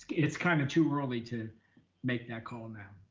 it's kind of too early to make that call now.